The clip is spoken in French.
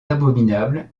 abominable